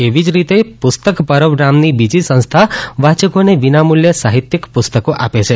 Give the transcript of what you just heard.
એવી જ રીતે પુસ્તક પરબ નામની બીજી સંસ્થા વાંયકોને વિનામુલ્યે સાહિત્યિક પુસ્તકો આપે છે